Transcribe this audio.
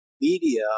media